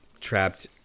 trapped